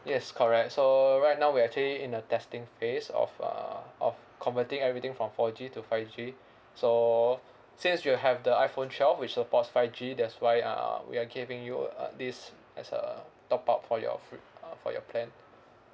yes correct so right now we actually in a testing phase of uh of converting everything from four G to five G so since you'll have the iphone twelve which supports five G that's why uh we are giving you uh this as a top up for your free uh for your plan